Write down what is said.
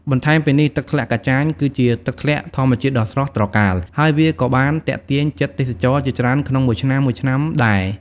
បន្ថែមពីនេះទឹកធ្លាក់កាចាញ គឺជាទឹកធ្លាក់ធម្មជាតិដ៏ស្រស់ត្រកាល ហើយវាក៏បានទាក់ទាញចិត្តទេសចរជាច្រើនក្នុងមួយឆ្នាំៗដែរ។